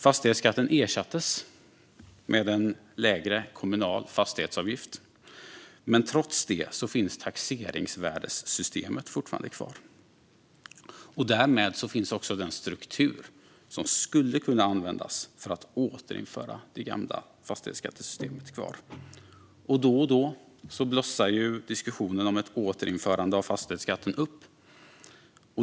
Fastighetsskatten ersattes med en lägre kommunal fastighetsavgift, men trots det finns taxeringsvärdessystemet fortfarande kvar. Därmed finns också den struktur kvar som skulle kunna användas för att återinföra det gamla fastighetsskattesystemet. Då och då blossar diskussionen om ett återinförande av fastighetsskatten upp.